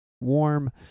warm